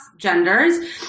genders